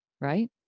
Right